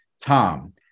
Tom